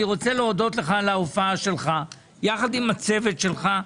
אני רוצה להודות לך על ההופעה שלך יחד עם הצוות שלך.